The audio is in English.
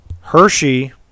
Hershey